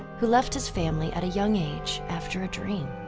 who left his family at a young age after a dream,